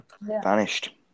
vanished